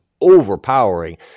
overpowering